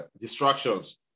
distractions